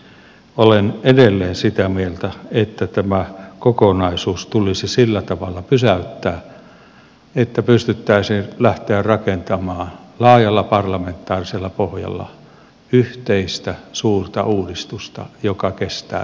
olen edelleen sitä mieltä että tämä kokonaisuus tulisi sillä tavalla pysäyttää että pystyttäisiin lähtemään rakentamaan laajalla parlamentaarisella pohjalla yhteistä suurta uudistusta joka kestää yli vaalikausien